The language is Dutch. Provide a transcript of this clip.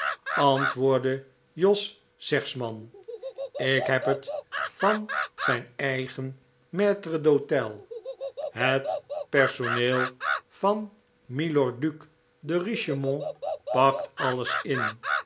antwoordde jos zegsman ik heb het van zijn eigen maitre d'hotel het personeel van milor due de richemont pakt alles in